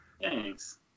Thanks